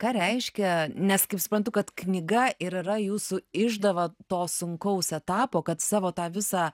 ką reiškia nes kaip suprantu kad knyga ir yra jūsų išdava to sunkaus etapo kad savo tą visą